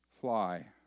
fly